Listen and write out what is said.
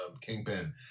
kingpin